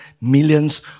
millions